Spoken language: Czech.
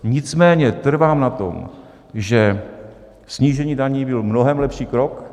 Nicméně trvám na tom, že snížení daní byl mnohem lepší krok.